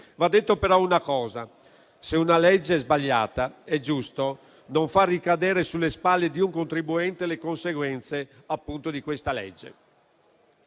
Va detta però una cosa: se una legge è sbagliata, è giusto non far ricadere sulle spalle di un contribuente le sue conseguenze. Ecco perché